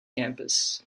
campus